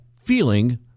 feeling